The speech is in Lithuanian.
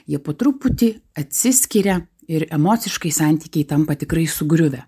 jie po truputį atsiskiria ir emociškai santykiai tampa tikrai sugriuvę